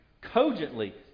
cogently